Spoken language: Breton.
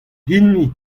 hini